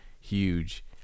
huge